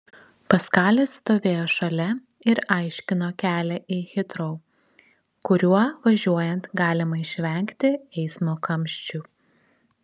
paskalis stovėjo šalia ir aiškino kelią į hitrou kuriuo važiuojant galima išvengti eismo kamščių